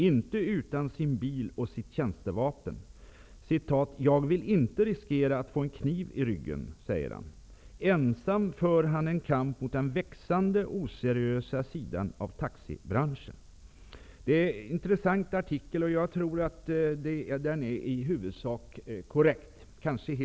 Inte utan sin bil och sitt tjänstevapen. --- Jag vill inte riskera att få en kniv i ryggen, säger han. Ensam för han en kamp mot den växande, oseriösa sidan av taxibranschen.'' Det är en intressant artikel, och jag tror att den är i huvudsak korrekt.